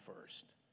first